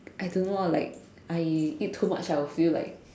I don't know ah like I eat too much I would feel like